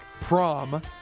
prom